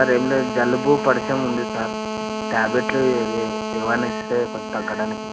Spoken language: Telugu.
సార్ ఏం లేదు జలుబు పడిశం ఉంది సార్ టాబ్లెట్లు ఏ ఏవైనా ఇస్తే కొంచెం తగ్గడానికి